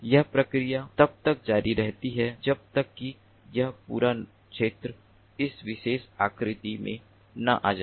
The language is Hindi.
यह प्रक्रिया तब तक जारी रहती है जब तक कि यह पूरा क्षेत्र इस विशेष आकृति में न आ जाए